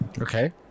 Okay